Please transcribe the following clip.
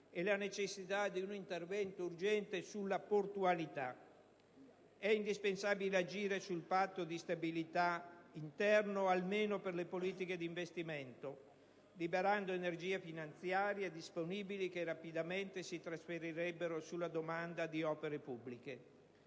e la necessità di un intervento urgente sulla portualità. È indispensabile agire sul Patto di stabilità interno almeno per le politiche di investimento, liberando energie finanziarie disponibili che rapidamente si trasferirebbero sulla domanda di opere pubbliche.